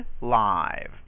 live